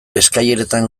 eskaileretan